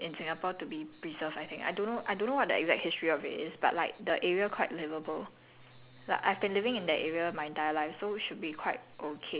it's one of the first few shophouses in the in in Singapore to be preserved I think I don't I don't know what the exact history of it is but like the area quite livable